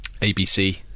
ABC